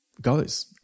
goes